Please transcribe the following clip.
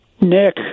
Nick